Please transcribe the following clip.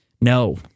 no